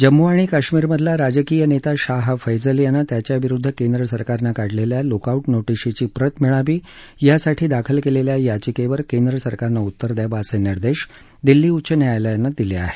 जम्मू आणि काश्मीरमधला राजकीय नेता शाह फैजल यानं त्याच्याविरुद्ध केंद्र सरकारनं काढलेल्या लुकआऊट नोटीशीची प्रत मिळावी यासाठी दाखल केलेल्या याचिकेवर केंद्र सरकारनं उत्तर द्यावं असे निर्देश दिल्ली उच्च न्यायालयानं दिले आहेत